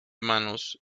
manos